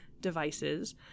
devices